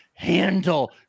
Handle